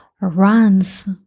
runs